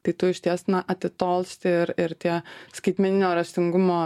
tai tu išties na atitolsti ir ir tie skaitmeninio raštingumo